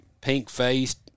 pink-faced